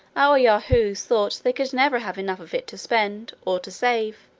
our yahoos thought they could never have enough of it to spend, or to save,